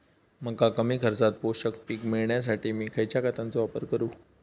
मका कमी खर्चात पोषक पीक मिळण्यासाठी मी खैयच्या खतांचो वापर करू?